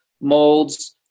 molds